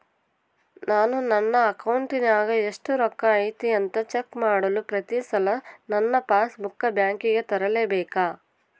ನಾನು ನನ್ನ ಅಕೌಂಟಿನಾಗ ಎಷ್ಟು ರೊಕ್ಕ ಐತಿ ಅಂತಾ ಚೆಕ್ ಮಾಡಲು ಪ್ರತಿ ಸಲ ನನ್ನ ಪಾಸ್ ಬುಕ್ ಬ್ಯಾಂಕಿಗೆ ತರಲೆಬೇಕಾ?